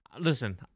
listen